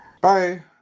Bye